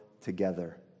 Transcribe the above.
together